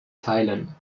teilen